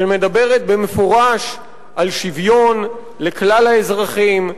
שמדברת במפורש על שוויון לכלל האזרחים,